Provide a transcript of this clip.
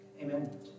Amen